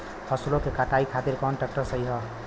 फसलों के कटाई खातिर कौन ट्रैक्टर सही ह?